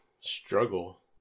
struggle